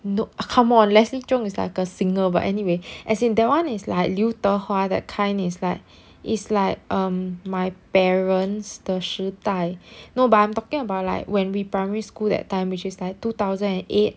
no come on leslie cheung is like a singer but anyway as in that one is like 刘德华 that kind is like is like um my parents 的时代 no but I'm talking about like when we primary school that time which is like two thousand and eight